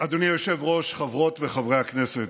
אדוני היושב-ראש, חברות ראש וחברי הכנסת,